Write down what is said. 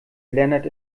lennart